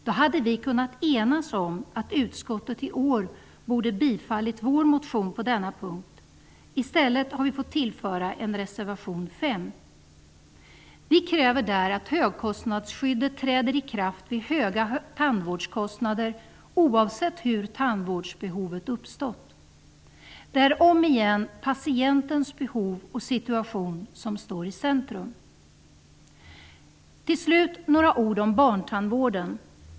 Då hade vi kunnat enas om att utskottet i år borde ha bifallit vår motion på denna punkt. I stället har vi fått tillföra en reservation 5. Vi kräver där att högkostnadsskyddet träder i kraft vid höga tandvårdskostnader oavsett hur tandvårdsbehovet uppstått. Det är återigen patientens behov och situation som står i centrum. Till slut några ord barntandvården.